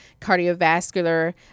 cardiovascular